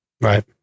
Right